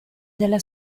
della